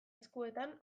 eskuetan